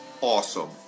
awesome